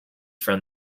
from